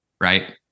Right